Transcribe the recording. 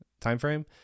timeframe